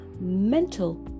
mental